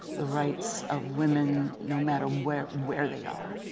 the rights of women, no matter where where they are.